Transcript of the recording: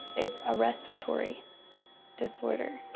it's a respiratory disorder,